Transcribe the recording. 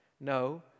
No